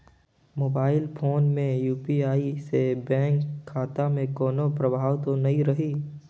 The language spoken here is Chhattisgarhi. मोबाइल फोन मे यू.पी.आई से बैंक खाता मे कोनो प्रभाव तो नइ रही?